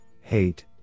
hate